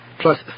plus